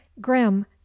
grim